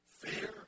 Fear